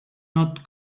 not